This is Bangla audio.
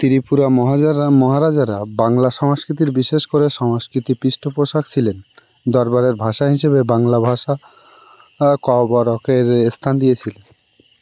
ত্রিপুরা মহাজারা মহারাজারা বাংলা সংস্কৃিতির বিশেষ করে সংস্কৃতি পৃষ্ঠপোশক ছিলেন দরবারের ভাষা হিসেবে বাংলা ভাষাকে বরকের স্থান দিয়েছিলেন